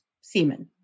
semen